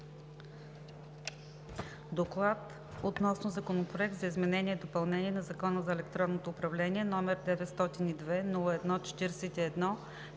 събрание Законопроект за изменение и допълнение на Закона за електронното управление, № 902-01-41,